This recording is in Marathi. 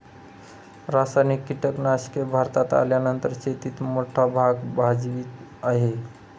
रासायनिक कीटनाशके भारतात आल्यानंतर शेतीत मोठा भाग भजवीत आहे